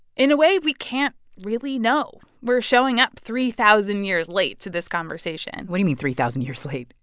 in a way, we can't really know. we're showing up three thousand years late to this conversation what do you mean three thousand years late?